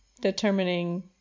determining